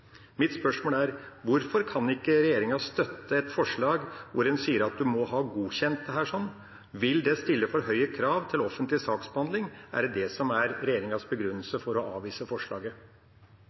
Mitt spørsmål er: Hvorfor kan ikke regjeringa støtte et forslag som vil endre dette til at en må være godkjent? Vil det stille for høye krav til offentlig saksbehandling? Er det regjeringas begrunnelse for å avvise forslaget?